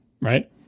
Right